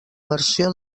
versió